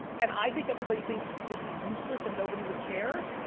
and i think everybody thinks this is useless and nobody would care.